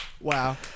Wow